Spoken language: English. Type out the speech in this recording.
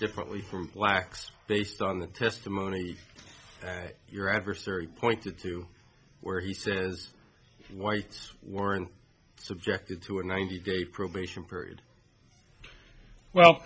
differently from lax based on the testimony that your adversary pointed to where he says whites weren't subjected to a ninety day probation period well